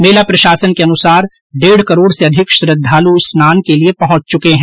मेला प्रशासन के अनुसार डेढ़ करोड़ से अधिक श्रद्वालु स्नान के लिए पहुंच चुके हैं